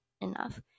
enough